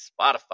Spotify